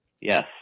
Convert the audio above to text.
Yes